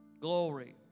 glory